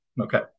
Okay